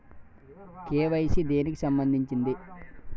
KYC దేనికి సంబందించింది?